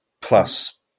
Plus